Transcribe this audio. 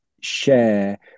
share